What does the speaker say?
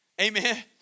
Amen